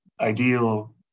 ideal